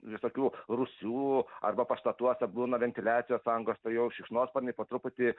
visokių rūsių arba pastatuose būna ventiliacijos angos tai jau šikšnosparniai po truputį